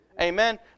Amen